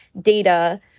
data